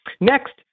Next